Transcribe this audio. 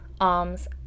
arms